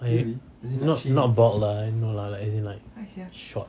oh ya not not bald lah no lah like as in like short